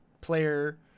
player